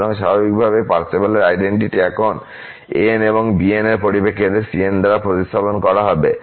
সুতরাং স্বাভাবিকভাবেই পার্সেভালের আইডেন্টিটি এখন an s এবং bn s এর পরিপ্রেক্ষিতে cn দ্বারা প্রতিস্থাপন করা হবে